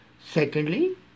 Secondly